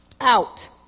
Out